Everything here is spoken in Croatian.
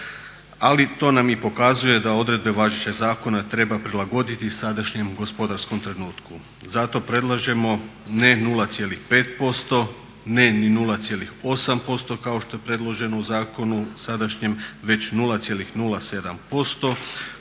Ali to nam i pokazuje da odredbe važećeg zakona treba prilagoditi sadašnjem gospodarskom trenutku, zato predlažemo ne 0,5%, ne ni 0,8% kao što je predloženo u zakonu sadašnjem već 0,07%